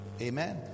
Amen